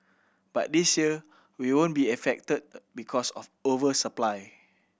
but this year we won't be affected because of over supply